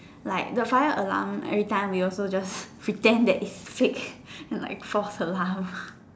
like the fire alarm every time we also just pretend that it is fake like false alarm